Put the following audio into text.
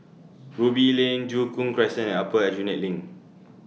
Ruby Lane Joo Koon Crescent and Upper Aljunied LINK